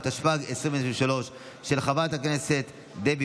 אני קובע שהצעת החוק הביטוח הלאומי של חבר הכנסת יוסף עטאונה